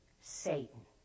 Satan